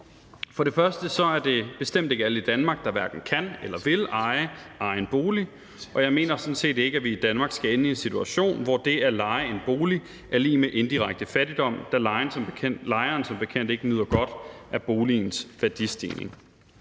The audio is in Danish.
For det første er det bestemt ikke alle i Danmark, der hverken kan eller vil eje egen bolig, og jeg mener sådan set ikke, at vi i Danmark skal ende i en situation, hvor det at leje en bolig er lig med indirekte fattigdom, da lejeren som bekendt ikke nyder godt af boligens værdistigning.